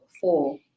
Four